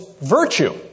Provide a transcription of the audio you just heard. virtue